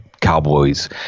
Cowboys